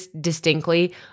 distinctly